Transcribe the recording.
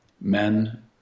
men